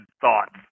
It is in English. thoughts